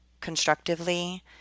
constructively